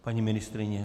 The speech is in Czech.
Paní ministryně?